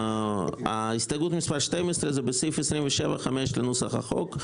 הסתייגות 12 היא לסעיף 27(5) לנוסח החוק.